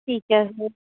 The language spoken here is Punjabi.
ਠੀਕ ਹੈ ਸਰ